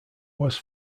was